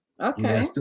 Okay